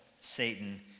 Satan